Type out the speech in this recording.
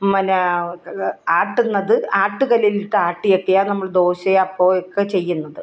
ഇത് ആട്ടുന്നത് ആട്ടുകല്ലിലിട്ടാട്ടി ഒക്കെയാണ് നമ്മൾ ദോശയും അപ്പവുമൊക്കെ ചെയ്യുന്നത്